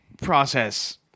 process